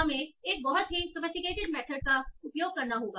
हमें एक बहुत ही सोफिस्टिकेटेड मेथड का उपयोग करना होगा